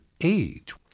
age